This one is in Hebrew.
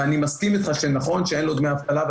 ואני מסכים איתך שנכון שאין לו דמי אבטלה,